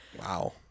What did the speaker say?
wow